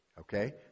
Okay